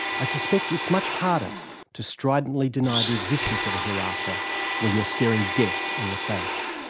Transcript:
i suspect it's much harder to stridently deny the existence of a hereafter when you're staring death in the face.